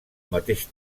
mateix